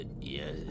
yes